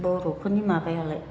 बर'फोरनि माबायालाय